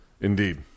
Indeed